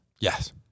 Yes